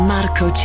Marco